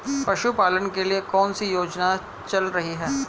पशुपालन के लिए कौन सी योजना चल रही है?